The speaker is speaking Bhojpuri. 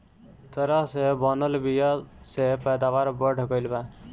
तरह से बनल बीया से पैदावार बढ़ गईल बा